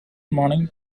morning